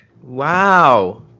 Wow